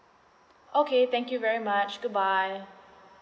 okay thank you very much good bye